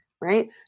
right